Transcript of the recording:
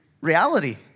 Reality